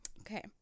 Okay